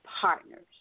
partners